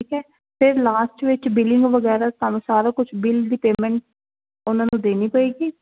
ਠੀਕ ਹੈ ਅਤੇ ਲਾਸਟ ਵਿੱਚ ਬਿਲਿੰਗ ਵਗੈਰਾ ਤੁਹਾਨੂੰ ਸਾਰਾ ਕੁਝ ਬਿਲ ਦੀ ਪੇਮੈਂਟ ਉਹਨਾਂ ਨੂੰ ਦੇਣੀ ਪਏਗੀ